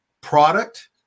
product